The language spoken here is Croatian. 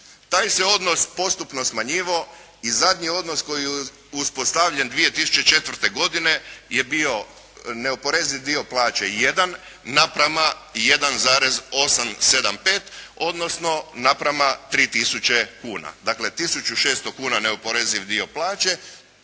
Taj se odnos postupno smanjivao i zadnji odnos koji je uspostavljen 2004. godine je bio neoporeziv dio plaće 1 naprama 1,875, odnosno naprama 3 tisuće kuna. Dakle tisuću 600 kuna neoporeziv dio plaće,